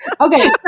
Okay